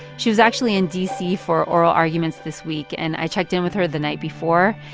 she was actually in d c. for oral arguments this week, and i checked in with her the night before.